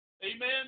Amen